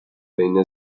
بین